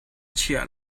chiah